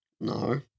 No